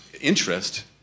interest